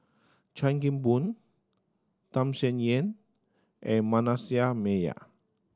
Chan Kim Boon Tham Sien Yen and Manasseh Meyer